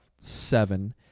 seven